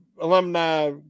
alumni